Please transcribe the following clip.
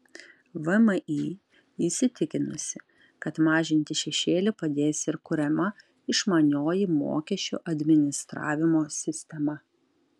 vmi įsitikinusi kad mažinti šešėlį padės ir kuriama išmanioji mokesčių administravimo sistema